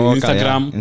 Instagram